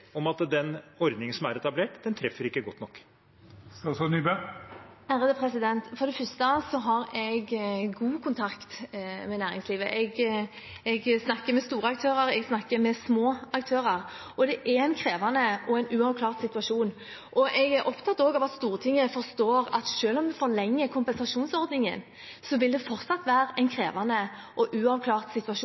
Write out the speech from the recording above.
om at den ordningen som er etablert, ikke treffer godt nok. For det første har jeg god kontakt med næringslivet. Jeg snakker med store aktører, jeg snakker med små aktører. Det er en krevende og uavklart situasjon. Jeg er også opptatt av at Stortinget forstår at selv om vi forlenger kompensasjonsordningen, vil det fortsatt være en krevende og uavklart situasjon